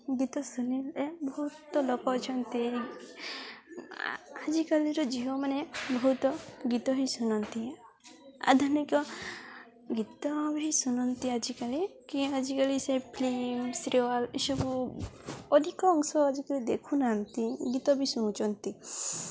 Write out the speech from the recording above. ଗୀତ ଶୁଣିଲେ ବହୁତ ଲୋକ ଅଛନ୍ତି ଆଜିକାଲିର ଝିଅମାନେ ବହୁତ ଗୀତ ହିଁ ଶୁଣନ୍ତି ଆଧୁନିକ ଗୀତ ହିଁ ଶୁଣନ୍ତି ଆଜିକାଲି କି ଆଜିକାଲି ସେ ଫିଲ୍ମ ସିରିୟଲ୍ ଏସବୁ ଅଧିକାଂଶ ଆଜିକାଲି ଦେଖୁନାହାନ୍ତି ଗୀତ ବି ଶୁଣୁଛନ୍ତି